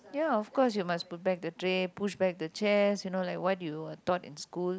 ya of course you must put back the tray push back the chair you know like what you were taught in school